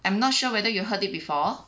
I'm not sure whether you heard it before